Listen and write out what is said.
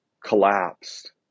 collapsed